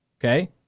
Okay